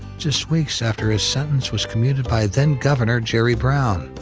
just weeks after his sentence was commuted by then governor jerry brown.